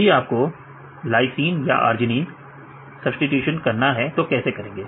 यदि आपको LYS या ARG की सब्स्टिटूशन करना है तो कैसे करेंगे